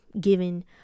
given